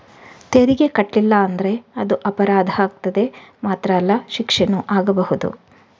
ತೆರಿಗೆ ಕಟ್ಲಿಲ್ಲ ಅಂತೇಳಿ ಆದ್ರೆ ಅದು ಅಪರಾಧ ಆಗ್ತದೆ ಮಾತ್ರ ಅಲ್ಲ ಶಿಕ್ಷೆನೂ ಆಗ್ಬಹುದು